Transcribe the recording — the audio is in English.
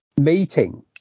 meeting